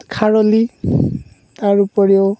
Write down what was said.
খাৰলি তাৰ উপৰিও